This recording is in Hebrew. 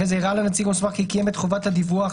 אחרי זה הראה לנציג המוסמך כי קיים את חובת הדיווח,